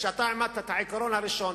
כשאתה אמרת את העיקרון הראשון,